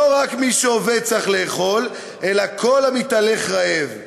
לא רק מי שעובד צריך לאכול אלא כל המתהלך רעב.